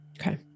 Okay